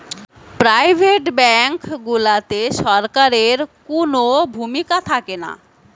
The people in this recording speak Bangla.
প্রাইভেট ব্যাঙ্ক গুলাতে সরকারের কুনো ভূমিকা থাকেনা